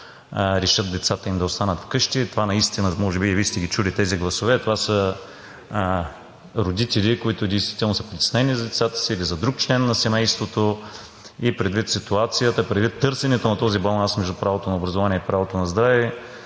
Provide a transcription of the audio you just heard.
решат децата им да останат вкъщи. Това наистина – може би и Вие сте ги чули тези гласове, това са родители, които действително са притеснени за децата си или за друг член на семейството и предвид ситуацията, предвид търсенето на този баланс между правото на образование и правото на здраве